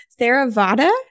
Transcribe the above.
Theravada